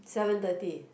seven thirty